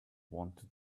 wanted